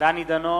דני דנון,